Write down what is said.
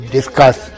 discuss